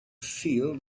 feel